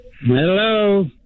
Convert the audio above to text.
hello